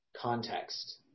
context